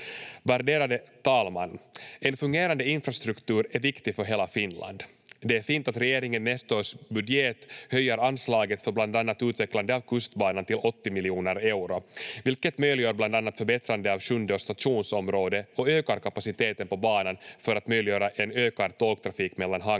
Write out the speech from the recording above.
Värderade talman! En fungerande infrastruktur är viktig för hela Finland. Det är fint att regeringen i nästa års budget höjer anslaget för bland annat utvecklandet av kustbanan till 80 miljoner euro, vilket möjliggör bland annat förbättrandet av Sjundeå stationsområde och ökar kapaciteten på banan för att möjliggöra en ökad tågtrafik mellan Hangö